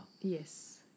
Yes